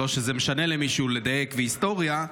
לא שזה משנה למישהו לדייק בהיסטוריה,